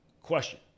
Question